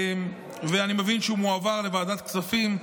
ואני מבין שהוא מועבר לוועדת כספים.